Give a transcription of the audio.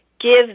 give